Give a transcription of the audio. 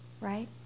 right